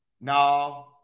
no